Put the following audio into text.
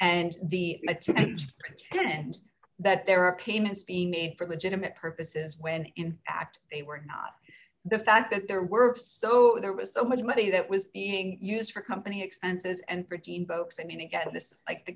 and the content that there are came as being made for legitimate purposes when in fact they were not the fact that there were so there was so much money that was being used for company expenses and fourteen bokes i mean again this is like the